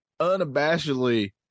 unabashedly